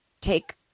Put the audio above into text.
take